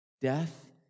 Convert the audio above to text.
Death